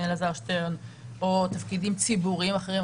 אלעזר שטרן או תפקידים ציבוריים אחרים.